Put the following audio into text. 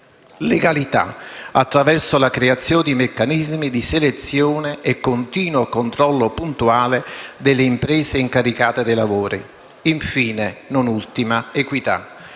legalità attraverso la creazione di meccanismi di selezione e continuo controllo puntuale delle imprese incaricate dei lavori; infine, non ultima, equità,